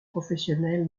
professionnelle